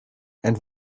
and